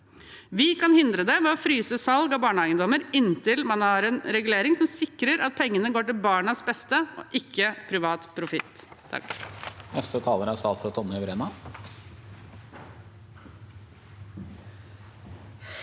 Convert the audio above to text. Vi kan hindre det ved å fryse salg av barnehageeiendommer inntil man har en regulering som sikrer at pengene går til barnas beste, og ikke til privat profitt.